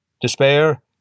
Despair